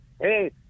hey